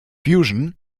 fusion